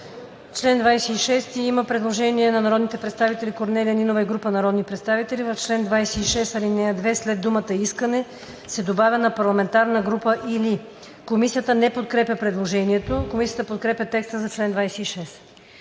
чл. 26 има предложение на народния представител Корнелия Нинова и група народни представители: „В чл. 26, ал. 2 след думата „искане“ се добавя „на парламентарна група или“.“ Комисията не подкрепя предложението. Комисията подкрепя текста за чл. 26.